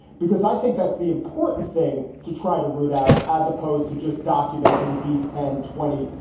because i think that's the important thing to try to root out, as opposed to just documenting these ten, twenty,